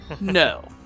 No